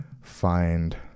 find